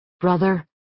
brother